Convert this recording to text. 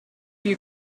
you